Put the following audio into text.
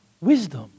wisdom